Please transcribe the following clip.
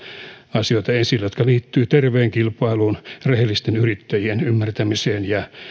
asioita jotka liittyvät terveeseen kilpailuun rehellisten yrittäjien ymmärtämiseen ja